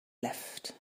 left